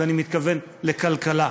ואני מתכוון לכלכלה.